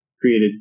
created